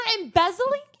embezzling